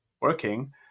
working